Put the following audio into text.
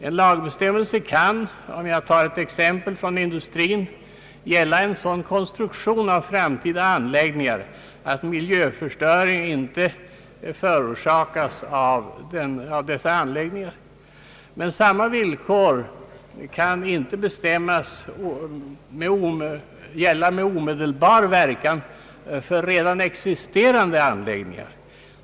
En lagbestämmelse kan, om jag tar ett exempel från industrin, gälla en sådan konstruktion av framtida anläggningar att miljöförstöring inte förorsakas av dessa anläggningar. Men samma villkor kan inte gälla med omedelbar verkan för redan existerande anläggningar.